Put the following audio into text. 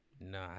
No